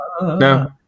No